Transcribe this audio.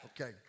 Okay